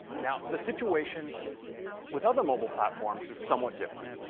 now, the situation with other mobile platforms is somewhat different.